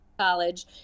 college